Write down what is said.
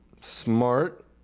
Smart